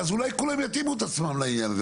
אולי כולם יתאימו את עצמם לעניין הזה.